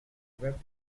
web